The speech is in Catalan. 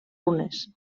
runes